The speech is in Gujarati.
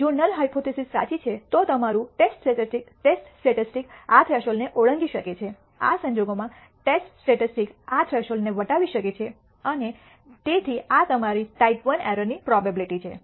જો નલ હાયપોથીસિસ સાચી છે તો તમારું ટેસ્ટ સ્ટેટિસ્ટિક્સ આ થ્રેશોલ્ડને ઓળંગી શકે છે આ સંજોગોમાં ટેસ્ટ સ્ટેટિસ્ટિક્સ આ થ્રેશોલ્ડને વટાવી શકે છે અને તેથી આ તમારી ટાઈપ I એરર ની પ્રોબેબીલીટી છે